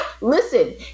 listen